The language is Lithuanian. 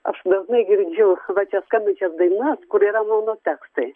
aš dažnai girdžiu va čia skambančias dainas kur yra mano tekstai